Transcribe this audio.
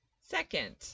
Second